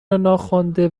ناخوانده